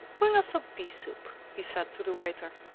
bring us some pea soup, he said to the waiter.